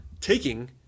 taking